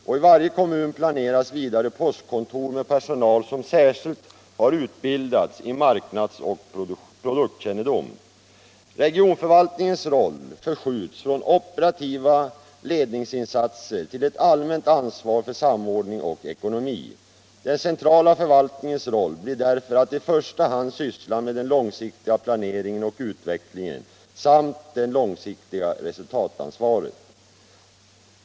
EF varje kommun planeras vidare postkontor med personal som särskilt har utbildats i marknads och produktkännedom. Regionförvaltningens roll förskjuts från operativa ledningsinsatser till ett allmänt ansvar för samordning och ekonomi. Den centrala förvaltningens roll blir därför att i första hand syssla med den långsiktiga planeringen och utvecklingen samt det långsiktiga resuitatansvaret.